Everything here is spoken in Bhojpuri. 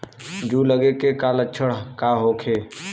जूं लगे के का लक्षण का होखे?